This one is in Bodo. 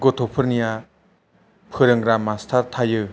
गथ'फोरनिया फोरोंग्रा मास्टार थायो